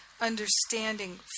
understanding